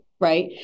right